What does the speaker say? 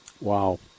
Wow